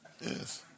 Yes